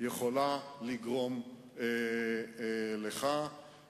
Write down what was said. להמשיך את הקו הזה.